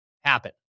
happen